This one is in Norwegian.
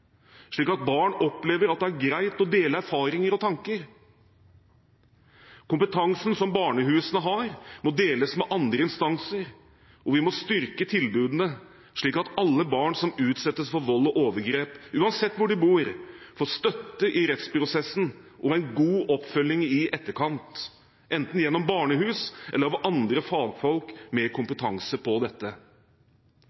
slik at barn opplever at det er greit å dele erfaringer og tanker. Kompetansen som barnehusene har, må deles med andre instanser, og vi må styrke tilbudene, slik at alle barn som utsettes for vold og overgrep – uansett hvor de bor – får støtte i rettsprosessen og en god oppfølging i etterkant, enten gjennom barnehus eller av andre fagfolk med